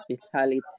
hospitality